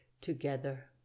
together